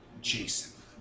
Jason